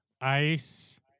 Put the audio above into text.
ice